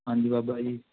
ਹਾਂਜੀ ਬਾਬਾ ਜੀ